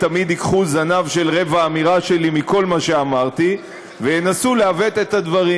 תמיד ייקחו זנב של רבע אמירה שלי מכל מה שאמרתי וינסו לעוות את הדברים,